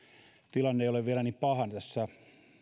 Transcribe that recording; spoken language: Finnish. tilanne ei ole vielä niin paha tässä